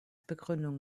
begründung